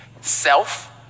self